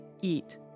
eat